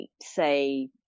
say